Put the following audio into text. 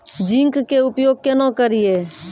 Zinc के उपयोग केना करये?